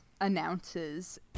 announces